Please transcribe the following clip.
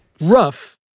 Rough